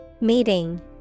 Meeting